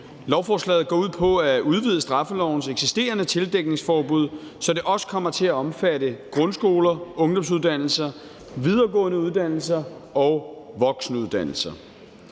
Lovforslaget går ud på at udvide straffelovens eksisterende tildækningsforbud, så det også kommer til at omfatte grundskoler, ungdomsuddannelser, videregående uddannelser og voksenuddannelser.